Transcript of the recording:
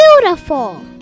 beautiful